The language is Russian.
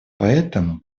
поэтому